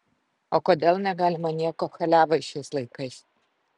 o kodėl negalima nieko chaliavai šiais laikais